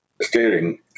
steering